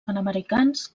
panamericans